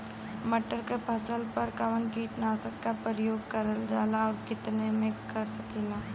मटर के फसल पर कवन कीटनाशक क प्रयोग करल जाला और कितना में कर सकीला?